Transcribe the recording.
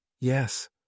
Yes